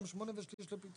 גם 8 ושליש לפיצוי.